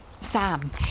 Sam